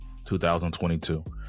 2022